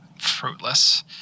Fruitless